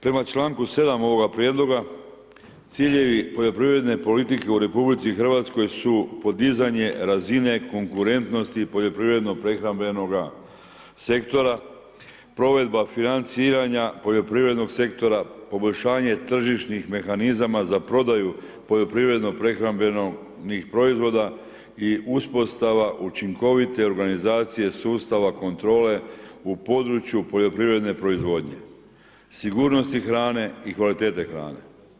Prema članku 7. ovoga prijedloga, ciljevi poljoprivredne politike u RH su podizanje razine konkurentnosti poljoprivredno-prehrambenoga sektora, provedba financiranja poljoprivrednog sektora, poboljšanje tržišnih mehanizama za prodaju prehrambenih proizvoda i uspostava učinkovite organizacije sustava kontrole u području poljoprivredne proizvodnje, sigurnosti hrane i kvalitete hrane.